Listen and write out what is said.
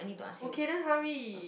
okay then hurry